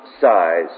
size